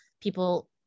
people